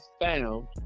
found